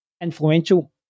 influential